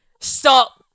Stop